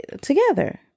together